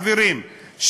חברים,